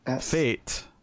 fate